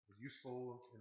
useful